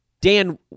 Dan